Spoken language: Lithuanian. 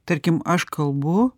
tarkim aš kalbu